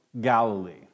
Galilee